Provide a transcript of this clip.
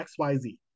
XYZ